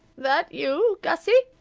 that you, gussie?